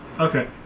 Okay